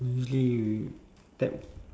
usually we tap